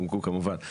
נומקו, כמובן.